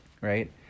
right